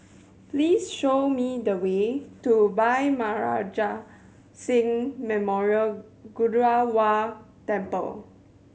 please show me the way to Bhai Maharaj Singh Memorial Gurdwara Temple